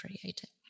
creative